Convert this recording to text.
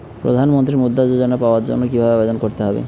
প্রধান মন্ত্রী মুদ্রা যোজনা পাওয়ার জন্য কিভাবে আবেদন করতে হবে?